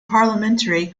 parliamentary